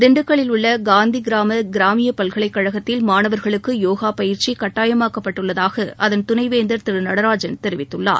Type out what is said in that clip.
திண்டுக்கல்லில் உள்ள காந்திகிராம கிராமிய பல்கலைக் கழகத்தில் மாணவர்களுக்கு யோகா பயிற்சி கட்டாயமாக்கப்பட்டுள்ளதாக அதன் துணைவேந்தர் திரு நடராஜன் தெரிவித்துள்ளார்